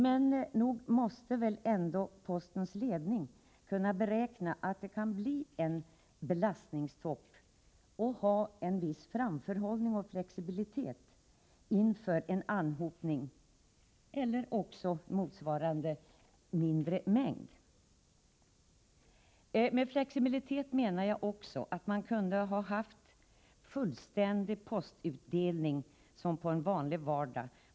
Men nog måste väl postens ledning ändå kunna räkna med att det kan bli en topp i fråga om belastningen och nog kan man väl ha en viss framförhållning och visa flexibilitet med tanke på att det, som sagt, kan bli en anhopning av post. Med flexibilitet menar jag också att man både på julaftonen och på nyårsaftonen kunde ha haft en fullständig postutdelning, som på en vanlig vardag.